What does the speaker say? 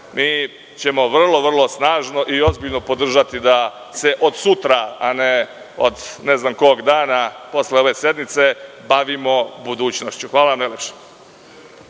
Mi ćemo vrlo snažno i ozbiljno podržati da se od sutra, a ne od ne znam kog dana posle ove sednice bavimo budućnošću. Hvala vam.